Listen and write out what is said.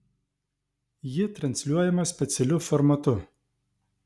ji transliuojama specialiu formatu